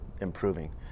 improving